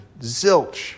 zilch